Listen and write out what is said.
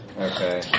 Okay